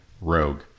rogue